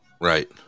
Right